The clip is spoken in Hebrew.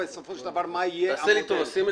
בסופו של דבר לא יהיה --- אני מבקש שתוסיף את